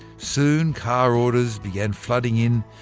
soon car orders began flooding in.